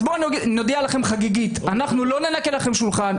אז נודיע לכם חגיגית: אנחנו לא ננקה לכם שולחן,